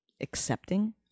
accepting